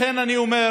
לכן אני אומר,